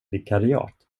vikariat